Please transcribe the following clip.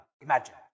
imagine